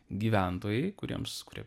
gyventojai kuriems kurie